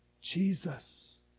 Jesus